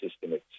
system